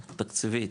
תקציבית,